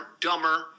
dumber